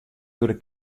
wurde